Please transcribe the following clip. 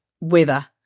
weather